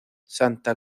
santa